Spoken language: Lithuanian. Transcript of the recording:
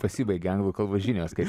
pasibaigė anglų kalbos žinios kad